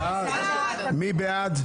מי בעד?